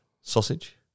Sausage